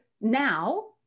now